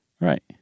Right